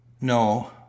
No